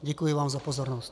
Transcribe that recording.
Děkuji vám za pozornost.